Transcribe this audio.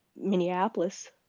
Minneapolis